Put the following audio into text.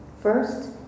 First